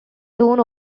soon